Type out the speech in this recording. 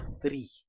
three